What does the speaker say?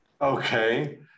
Okay